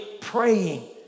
praying